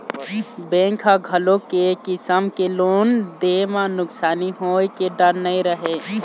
bank ह घलोक ए किसम के लोन दे म नुकसानी होए के डर नइ रहय